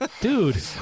Dude